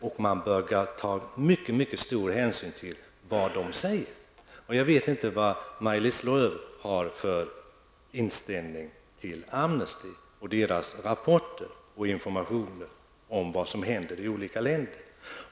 Därför bör man ta mycket stor hänsyn till vad organisationen säger. Jag vet inte vilken inställning Maj-Lis Lööw har till Amnesty och dess rapporter och information om vad som händer i olika länder.